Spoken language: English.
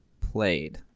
played